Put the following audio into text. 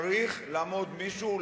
צריך לעמוד מישהו,